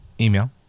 Email